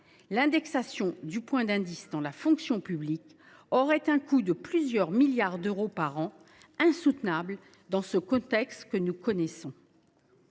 l’indexation du point d’indice dans la fonction publique aurait un coût de plusieurs milliards d’euros par an, qui serait insoutenable dans le contexte que nous connaissons.